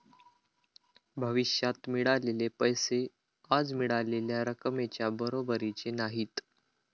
भविष्यात मिळालेले पैसे आज मिळालेल्या रकमेच्या बरोबरीचे नाहीत